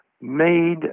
made